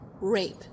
Rape